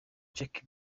jack